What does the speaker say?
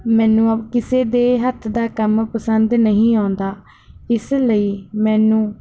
ਮੈਨੂੰ ਅ ਕਿਸੇ ਦੇ ਹੱਥ ਦਾ ਕੰਮ ਪਸੰਦ ਨਹੀਂ ਆਉਂਦਾ ਇਸ ਲਈ ਮੈਨੂੰ